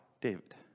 David